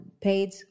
paid